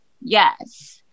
Yes